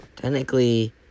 Technically